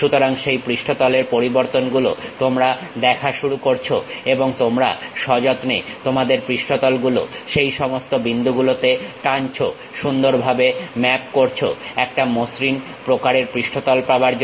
সুতরাং সেই পৃষ্ঠতলের পরিবর্তনগুলো তোমরা দেখা শুরু করছো এবং তোমরা সযত্নে তোমাদের পৃষ্ঠতল গুলো সেই সমস্ত বিন্দু গুলোতে টানছো সুন্দরভাবে ম্যাপ করছো একটা মসৃণ প্রকারের পৃষ্ঠতল পাবার জন্য